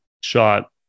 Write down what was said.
shot